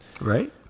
Right